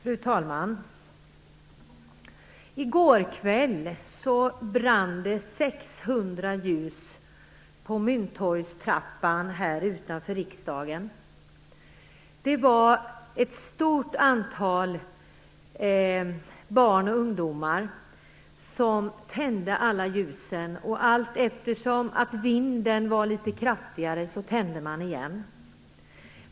Fru talman! I går kväll brann 600 ljus på Mynttorgstrappan här utanför riksdagen. Det var ett stort antal barn och ungdomar som tände ljusen - på grund av vinden fick de ibland tändas igen.